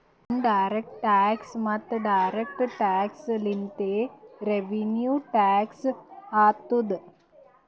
in direct tax ಮತ್ತ direct tax ಲಿಂತೆ revenue tax ಆತ್ತುದ್